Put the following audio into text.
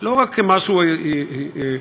לא רק כמשהו ייעולי,